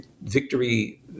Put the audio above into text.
victory